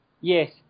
yes